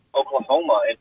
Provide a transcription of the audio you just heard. Oklahoma